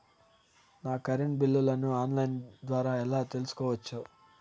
నా కరెంటు బిల్లులను online ద్వారా ఎలా తెలుసుకోవచ్చు?